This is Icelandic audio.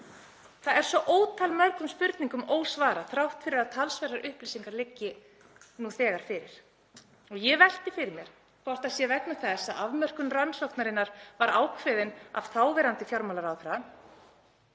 Það er svo ótalmörgum spurningum ósvarað þrátt fyrir að talsverðar upplýsingar liggi nú þegar fyrir. Ég velti fyrir mér hvort það sé vegna þess að afmörkun rannsóknarinnar var ákveðin af þáverandi fjármálaráðherra